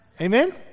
amen